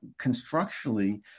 constructually